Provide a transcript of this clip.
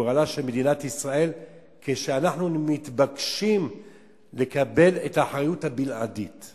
בגורלה של מדינת ישראל כאשר אנחנו מתבקשים לקבל את האחריות הבלעדית.